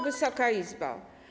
Wysoka Izbo!